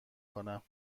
کنم